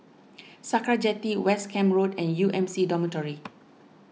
Sakra Jetty West Camp Road and U M C Dormitory